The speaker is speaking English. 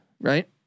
Right